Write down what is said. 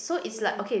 cement